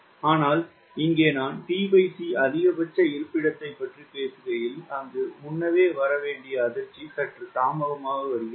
ஆனால் இங்கே நான் t c அதிகபட்ச இருப்பிடத்தைப் பற்றி பேசுகையில் அங்கு முன்னவே வரவேண்டிய அதிர்ச்சி சற்று தாமதமாக வருகிறது